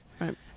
Right